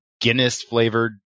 Guinness-flavored